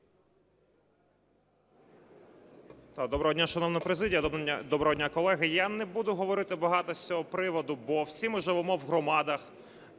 Доброго дня, шановна президія! Доброго дня, колеги! Я не буду говорити багато з цього приводу, бо всі ми живемо в громадах